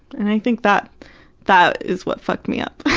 and i think that that is what fucked me up.